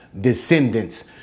descendants